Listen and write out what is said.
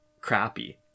crappy